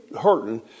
hurting